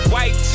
White